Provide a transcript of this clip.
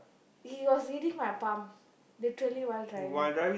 he was reading my palm literally while driving